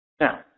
Now